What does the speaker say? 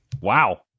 Wow